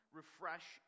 refresh